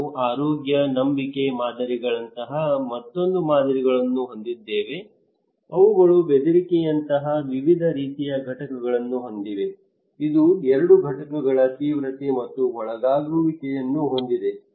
ನಾವು ಆರೋಗ್ಯ ನಂಬಿಕೆ ಮಾದರಿಗಳಂತಹ ಮತ್ತೊಂದು ಮಾದರಿಗಳನ್ನು ಹೊಂದಿದ್ದೇವೆ ಅವುಗಳು ಬೆದರಿಕೆಯಂತಹ ವಿವಿಧ ರೀತಿಯ ಘಟಕಗಳನ್ನು ಹೊಂದಿವೆ ಇದು ಎರಡು ಘಟಕಗಳ ತೀವ್ರತೆ ಮತ್ತು ಒಳಗಾಗುವಿಕೆಯನ್ನು ಹೊಂದಿದೆ